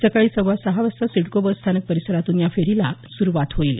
सकाळी सव्वा सहा वाजता सिडको बस स्थानक परिसरातून या फेरीला सुरवात होईल